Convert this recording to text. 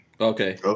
Okay